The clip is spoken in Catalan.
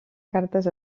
cartes